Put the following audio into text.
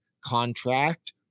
contract